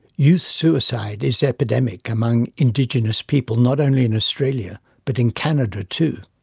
youth suicide is epidemic among indigenous people, not only in australia, but in canada, too.